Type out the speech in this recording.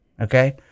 Okay